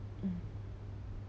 mm